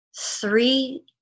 Three